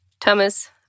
Thomas